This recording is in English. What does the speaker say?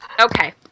Okay